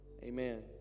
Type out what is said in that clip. amen